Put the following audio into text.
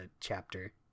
chapter